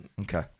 okay